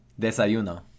desayuno